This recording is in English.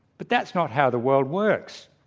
but that's not how the world works.